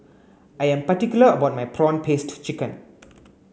I am particular about my prawn paste chicken